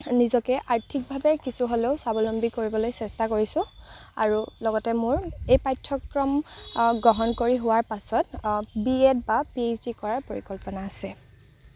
নিজকে আৰ্থিকভাৱে কিছু হ'লেও স্বাৱলম্বী কৰিবলৈ চেষ্টা কৰিছোঁ আৰু লগতে মোৰ এই পাঠ্যক্ৰম গ্ৰহণ কৰি হোৱাৰ পাছত বি এড বা পি এইছ ডি কৰাৰ পৰিকল্পনা আছে